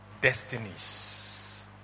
destinies